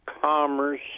commerce